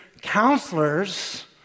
counselors